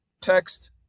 text